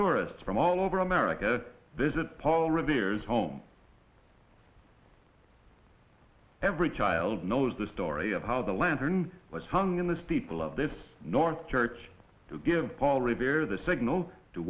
tourists from all over america visit paul revere's home every child knows the story of how the lantern was hung in this people of this north church to give paul revere the signal to